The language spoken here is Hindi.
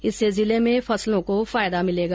इससे जिले में फसलों को फायदा मिलेगा